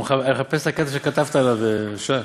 אני מחפש את הקטע שכתבת עליו, שי.